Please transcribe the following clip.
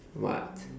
what